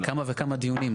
כמה וכמה דיונים.